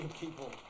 people